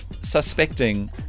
suspecting